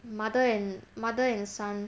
mother and mother and son